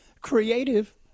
creative